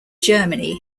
germany